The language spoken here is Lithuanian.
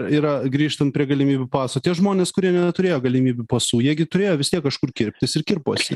yra grįžtant prie galimybių paso tie žmonės kurie neturėjo galimybių pasų jie gi turėjo vis tiek kažkur kirptis ir kirposi